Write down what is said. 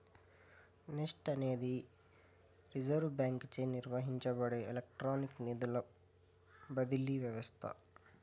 NEFT అనేది reserve బాంకీచే నిర్వహించబడే ఎలక్ట్రానిక్ నిధుల బదిలీ వ్యవస్త